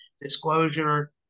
disclosure